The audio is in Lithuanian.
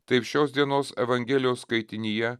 taip šios dienos evangelijos skaitinyje